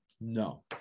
No